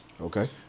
Okay